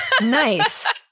Nice